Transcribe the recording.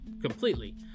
completely